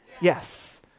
Yes